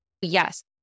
Yes